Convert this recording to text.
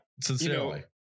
sincerely